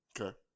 Okay